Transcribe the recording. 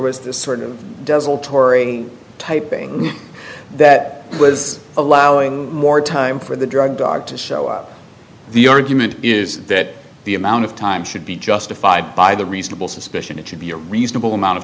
this sort of does altering type thing that was allowing more time for the drug dog to show up the argument is that the amount of time should be justified by the reasonable suspicion it should be a reasonable amount of